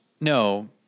no